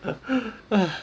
hai